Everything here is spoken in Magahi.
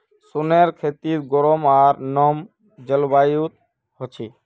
सोनेर खेती गरम आर नम जलवायुत ह छे